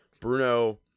bruno